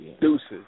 Deuces